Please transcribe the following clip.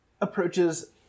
approaches